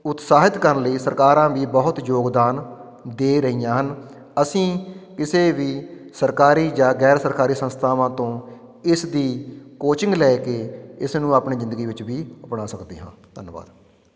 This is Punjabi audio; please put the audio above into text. ਉਤਸਾਹਿਤ ਕਰਨ ਲਈ ਸਰਕਾਰਾਂ ਵੀ ਬਹੁਤ ਯੋਗਦਾਨ ਦੇ ਰਹੀਆਂ ਹਨ ਅਸੀਂ ਕਿਸੇ ਵੀ ਸਰਕਾਰੀ ਜਾਂ ਗੈਰ ਸਰਕਾਰੀ ਸੰਸਥਾਵਾਂ ਤੋਂ ਇਸਦੀ ਕੋਚਿੰਗ ਲੈ ਕੇ ਇਸ ਨੂੰ ਆਪਣੀ ਜ਼ਿੰਦਗੀ ਵਿੱਚ ਵੀ ਆਪਣਾ ਸਕਦੇ ਹਾਂ ਧੰਨਵਾਦ